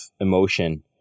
Emotion